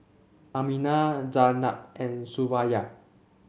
Aminah Zaynab and Suraya